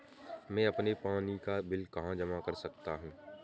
मैं अपने पानी का बिल कहाँ जमा कर सकता हूँ?